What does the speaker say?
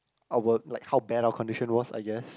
our like how bad our condition was I guess